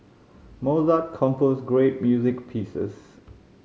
Mozart composed great music pieces